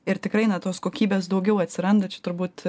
ir tikrai na tos kokybės daugiau atsiranda čia turbūt